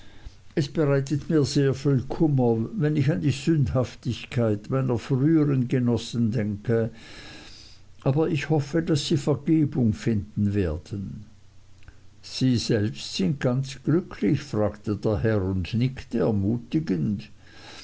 es bereitet mir sehr viel kummer wenn ich an die sündhaftigkeit meiner früheren genossen denke aber ich hoffe daß sie vergebung finden werden sie selbst sind ganz glücklich fragte der herr und nickte ermutigend